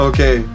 Okay